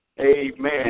Amen